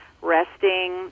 resting